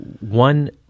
one